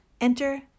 Enter